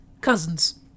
Cousins